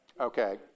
Okay